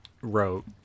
wrote